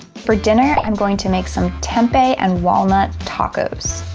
for dinner, i'm going to make some tempeh and walnut tacos.